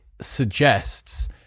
suggests